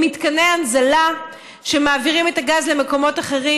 למתקני הנזלה שמעבירים את הגז למקומות אחרים.